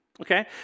okay